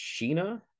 Sheena